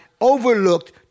overlooked